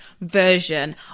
version